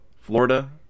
florida